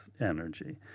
energy